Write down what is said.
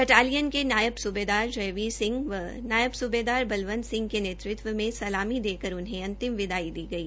battalion के नायब सुबेदार जयवीर व नायब स्बेदार बलवंत सिंह के नेतृत्व में सलामी देकर उन्हें अंतिम विदाई दी गई